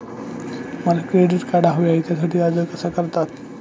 मला credit card हवे आहे त्यासाठी अर्ज कसा करतात?